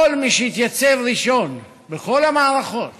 כל מי שהתייצב ראשון בכל המערכות